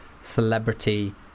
celebrity